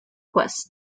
quest